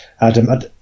Adam